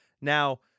Now